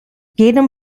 jedem